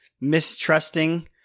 mistrusting